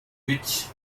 which